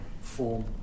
form